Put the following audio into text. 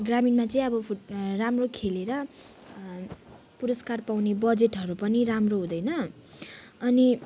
ग्रामीणमा चाहिँ अब राम्रो खेलेर पुरस्कार पाउने बजेटहरू पनि राम्रो हुँदैन अनि